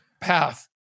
path